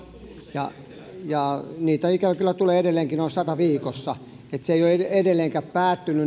niitä ikävä kyllä tulee edelleenkin noin sata viikossa eli se niitten tulo ei ole edelleenkään päättynyt